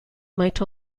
might